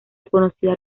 reconocida